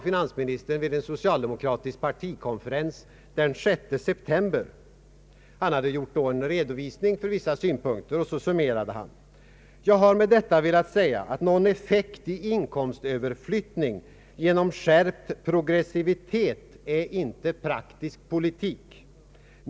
Finansministern sade vid en socialdemokratisk partikonferens den 6 september 1969 efter att ha gjort en redovisning av vissa synpunkter: ”Jag har med detta velat säga att någon effekt i inkomstöverflyttning genom skärpt progressivitet är inte praktisk politik.